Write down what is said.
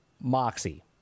Moxie